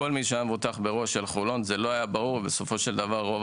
באירוע של חולון וזה לא היה ברור בסופו של דבר רוב